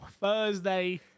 Thursday